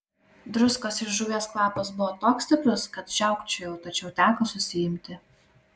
druskos ir žuvies kvapas buvo toks stiprus kad žiaukčiojau tačiau teko susiimti